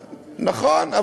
נכון.